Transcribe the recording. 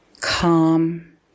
calm